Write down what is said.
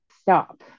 stop